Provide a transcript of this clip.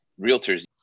realtors